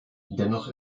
dennoch